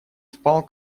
впал